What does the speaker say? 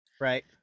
right